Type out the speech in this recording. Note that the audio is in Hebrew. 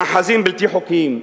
מאחזים בלתי חוקיים.